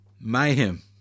mayhem